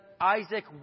Isaac